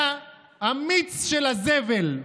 אתה המיץ של הזבל.